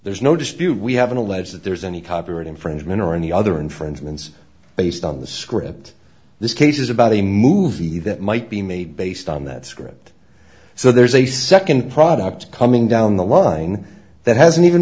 there's no dispute we haven't alleged that there's any copyright infringement or any other infringements based on the script this case is about a movie that might be made based on that script so there's a second product coming down the line that hasn't even